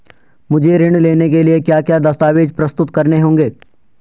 मुझे ऋण लेने के लिए क्या क्या दस्तावेज़ प्रस्तुत करने होंगे?